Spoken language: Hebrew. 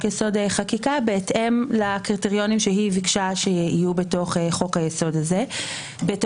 יסוד: חקיקה בהתאם לקריטריונים שהיא ביקשה שיהיו בתוך חוק יסוד: החקיקה.